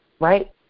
right